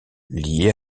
liée